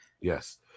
Yes